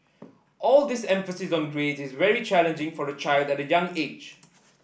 all this emphasis on grades is very challenging for a child at a young age